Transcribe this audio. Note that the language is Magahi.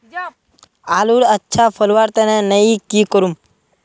आलूर अच्छा फलवार तने नई की करूम?